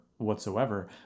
whatsoever